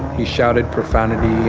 he shouted profanity